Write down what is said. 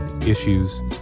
issues